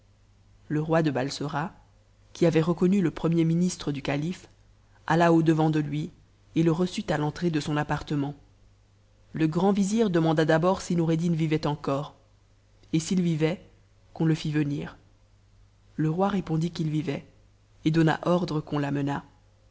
le roi de balsora qui avait reconnu le premier ministre du calife a h au-devant de lui et le reçut à t'entrée de son appartement le grand vizir demanda d'abord si noureddin vivait encore et s'il vivait qu'on le fit venir le roi répondit qu'il vivait et donna ordre qu'on